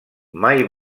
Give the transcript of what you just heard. mai